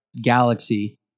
galaxy